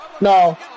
No